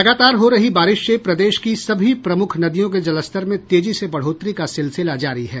लगातार हो रही बारिश से प्रदेश की सभी प्रमुख नदियों के जलस्तर में तेजी से बढ़ोतरी का सिलसिला जारी है